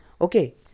Okay